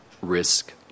Risk